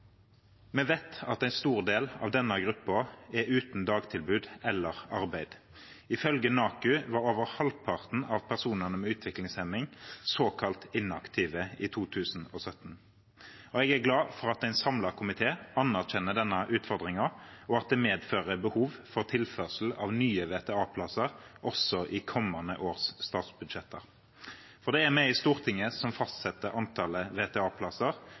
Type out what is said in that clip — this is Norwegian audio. Vi vet at en stor del av denne gruppen er uten dagtilbud eller arbeid. Ifølge NAKU var over halvparten av personene med utviklingshemning såkalt inaktive i 2017. Jeg er glad for at en samlet komité anerkjenner denne utfordringen, og at det medfører et behov for tilførsel av nye VTA-plasser også i kommende års statsbudsjetter. For det er vi i Stortinget som fastsetter